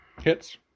Hits